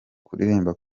kuririmba